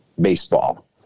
baseball